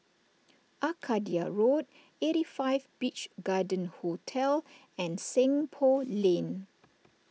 Arcadia Road eighty five Beach Garden Hotel and Seng Poh Lane